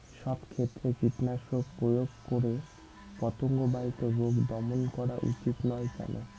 সব ক্ষেত্রে কীটনাশক প্রয়োগ করে পতঙ্গ বাহিত রোগ দমন করা উচিৎ নয় কেন?